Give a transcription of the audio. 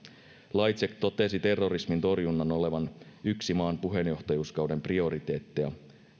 lajcak totesi terrorismin torjunnan olevan yksi maan puheenjohtajuuskauden prioriteetteja